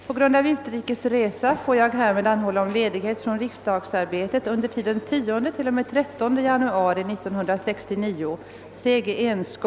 På grund av utrikesresa får jag härmed anhålla om ledighet från riksdagsarbetet under tiden 10—13 januari 1969.